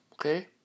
okay